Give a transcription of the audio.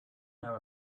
know